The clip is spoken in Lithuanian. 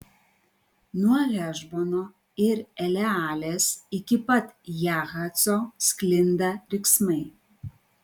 nuo hešbono ir elealės iki pat jahaco sklinda riksmai